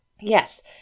Yes